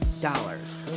dollars